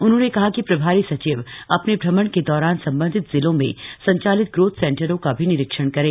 उन्होंने कहा कि प्रभारी सचिव अपने भ्रमण के दौरान सम्बन्धित जिलों में संचालित ग्रोथ सेंटरों का भी निरीक्षण करें